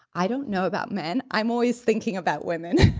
i don't know about men. i'm always thinking about women.